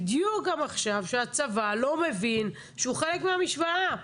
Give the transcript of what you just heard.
בדיוק גם עכשיו שהצבא לא מבין שהוא חלק מהמשוואה.